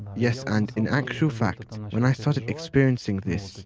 yes. and, in actual fact, when i started experiencing this,